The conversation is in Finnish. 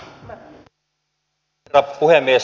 arvoisa herra puhemies